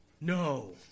No